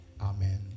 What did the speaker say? Amen